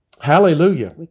Hallelujah